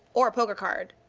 or a poker card.